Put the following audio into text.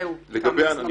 זה, תם זמנך.